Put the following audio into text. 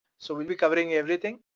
so we'll be covering everything.